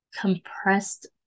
compressed